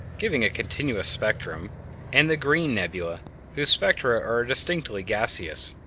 giving a continuous spectrum and the green' nebulae whose spectra are distinctly gaseous.